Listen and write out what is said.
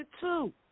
two